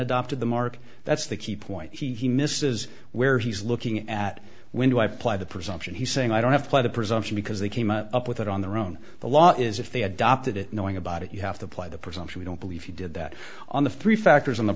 adopted the mark that's the key point he misses where he's looking at when do i apply the presumption he's saying i don't have to play the presumption because they came up with it on their own the law is if they adopted it knowing about it you have to apply the presumption we don't believe you did that on the three factors on the